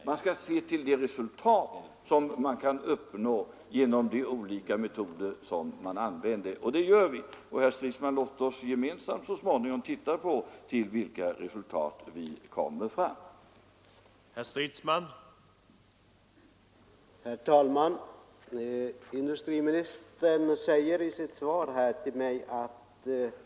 Man skall se till det resultat som man kan uppnå genom de olika metoder som används — och det gör vi. Låt oss gemensamt, herr Stridsman, så småningom titta på vilka resultat vi kommer fram till.